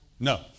No